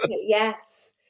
Yes